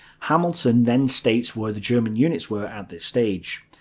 hamilton then states where the german units were at this stage.